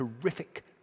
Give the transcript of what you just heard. terrific